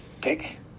pick